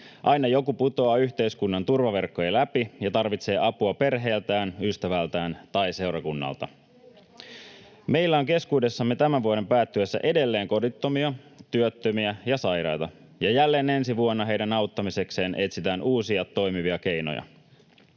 Aina joku putoaa yhteiskunnan turvaverkkojen läpi ja tarvitsee apua perheeltään, ystävältään tai seurakunnalta. Meillä on keskuudessamme tämän vuoden päättyessä edelleen kodittomia, työttömiä ja sairaita, ja jälleen ensi vuonna heidän auttamisekseen etsitään uusia toimivia keinoja.